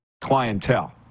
clientele